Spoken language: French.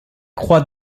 croix